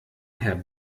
herr